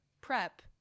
prep